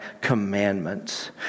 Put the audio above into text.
commandments